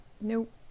Nope